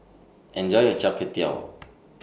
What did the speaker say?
Enjoy your Chai Kway Tow